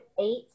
eight